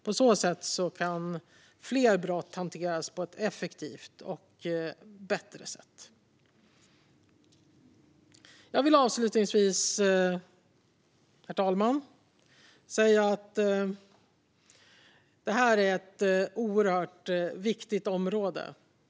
På så sätt kan fler brott hanteras på ett effektivt och bättre sätt. Jag vill avslutningsvis säga att detta är ett oerhört viktigt område.